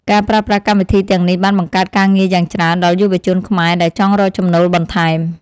ការប្រើប្រាស់កម្មវិធីទាំងនេះបានបង្កើតការងារយ៉ាងច្រើនដល់យុវជនខ្មែរដែលចង់រកចំណូលបន្ថែម។